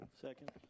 Second